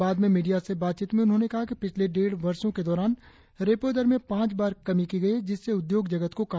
बाद में मीडिया से बातचीत में उन्होंने कहा कि पिछले डेढ़ वर्षो के दौरान रेपो दर में पांच बार कमी की गई है जिससे उद्योग जगत को काफी मदद मिलेगी